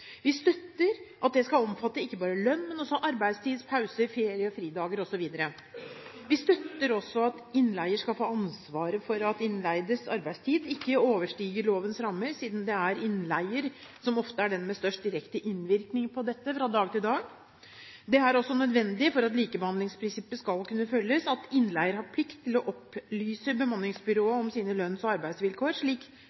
Vi støtter at det skal omfatte ikke bare lønn, men også arbeidstid, pauser, ferie og fridager osv. Vi støtter også at innleier skal få ansvaret for at innleides arbeidstid ikke overstiger lovens rammer, siden det er innleier som ofte er den med størst direkte innvirkning på dette fra dag til dag. Det er også nødvendig, for at likebehandlingsprinsippet skal kunne følges, at innleier har plikt til å opplyse bemanningsbyrået